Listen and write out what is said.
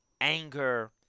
anger